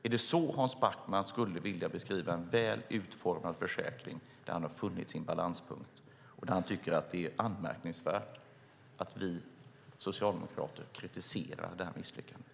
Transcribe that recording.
Är det så Hans Backman skulle vilja beskriva en väl utformad försäkring där han har funnit sin balanspunkt samtidigt som han tycker att det är anmärkningsvärt att vi socialdemokrater kritiserar det här misslyckandet?